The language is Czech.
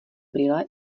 brýle